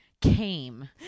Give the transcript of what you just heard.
came